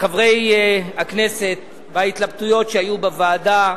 חברי הכנסת בהתלבטויות שהיו בוועדה,